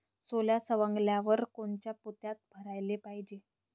सोला सवंगल्यावर कोनच्या पोत्यात भराले पायजे?